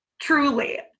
Truly